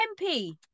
MP